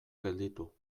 gelditu